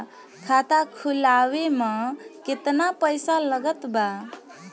खाता खुलावे म केतना पईसा लागत बा?